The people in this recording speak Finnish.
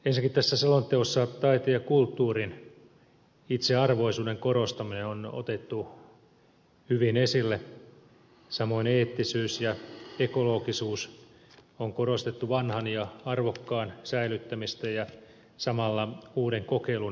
ensinnäkin tässä selonteossa taiteen ja kulttuurin itsearvoisuuden korostaminen on otettu hyvin esille samoin eettisyys ja ekologisuus on korostettu vanhan ja arvokkaan säilyttämistä ja samalla uuden kokeilun merkitystä